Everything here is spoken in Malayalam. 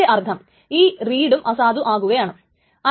അപ്പോൾ x ന്റെ റീഡ് ടൈംസ്റ്റാമ്പിനെ നമ്മൾ അപ്ഡേറ്റ് ചെയ്യണം